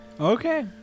Okay